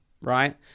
right